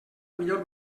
millor